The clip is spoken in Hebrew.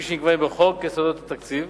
שנקבעים בחוק יסודות התקציב